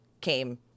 came